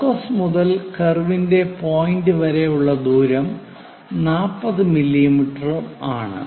focus മുതൽ കർവിന്റെ point വരെ ഉള്ള ദൂരം 40 മില്ലീമീറ്ററും ആണ്